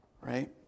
Right